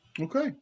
Okay